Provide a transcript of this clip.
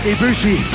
Ibushi